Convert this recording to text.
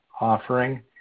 offering